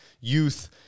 youth